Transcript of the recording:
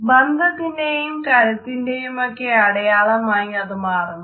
ബന്ധത്തിന്റെയും കരുത്തിന്റെയുമൊക്കെ അടയാളമായി അത് മാറുന്നു